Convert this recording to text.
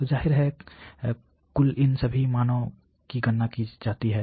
तो जाहिर है कुल इन सभी मानो की गणना की जाती है